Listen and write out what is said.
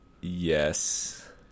Yes